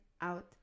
out